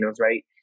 Right